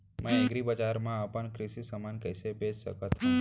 मैं एग्रीबजार मा अपन कृषि समान कइसे बेच सकत हव?